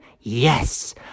Yes